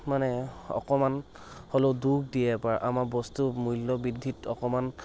মানে অকণমান হ'লেও দুখ দিয়ে বা আমাৰ বস্তুৰ মূল্য বৃদ্ধিত অকণমান